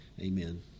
Amen